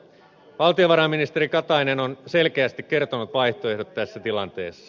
valtiovarainministeri katainen on selkeästi kertonut vaihtoehdot tässä tilanteessa